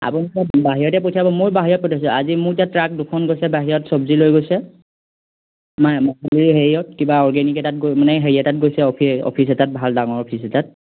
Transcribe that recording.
আপুনি বাহিৰতে পঠিয়াব মইও বাহিৰত পঠিয়াইছোঁ আজি মোৰ এতিয়া ট্ৰাক দুখন গৈছে বাহিৰত চব্জি লৈ গৈছে মা মাজুলীৰ হেৰিয়ত কিবা অৰ্গেনিক এটাত গৈ মানে হেৰি এটাত গৈছে অফিচ অফিচ এটাত ভাল ডাঙৰ অফিচ এটাত